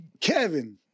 Kevin